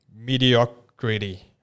Mediocrity